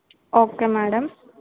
okay madam